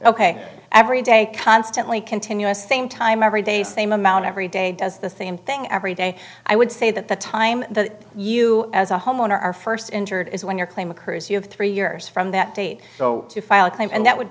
ok every day constantly continuous same time every day same amount every day does the same thing every day i would say that the time that you as a homeowner are first injured is when your claim occurs you have three years from that date so to file a claim and that would